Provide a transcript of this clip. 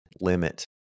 limit